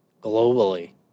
globally